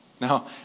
Now